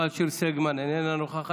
מיכל שיר סגמן, איננה נוכחת,